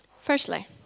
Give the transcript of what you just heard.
firstly